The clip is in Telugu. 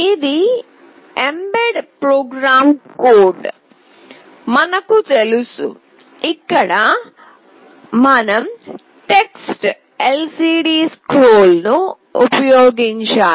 ఇది ఎంబెడ్ ప్రోగ్రామ్ కోడ్ మనకు తెలుసుఇక్కడ మనం టెక్స్ట్ LCD స్క్రోల్ ను ఉపయోగించాలి